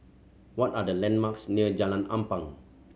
what are the landmarks near Jalan Ampang